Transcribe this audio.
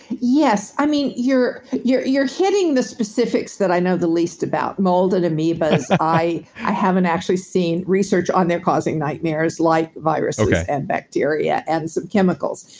yes. i mean, you're you're hitting the specifics that i know the least about. mold and amoebas, i haven't actually seen research on their causing nightmares like viruses and bacteria, and some chemicals.